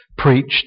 preached